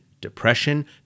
depression